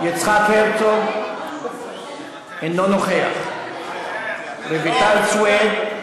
יצחק הרצוג, אינו נוכח, רויטל סויד,